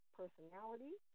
personality